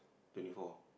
twenty four